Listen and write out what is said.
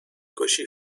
کشی